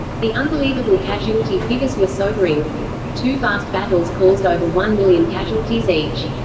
the unbelievable casualty figures were sobering two vast battles caused over one million casualties each.